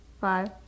five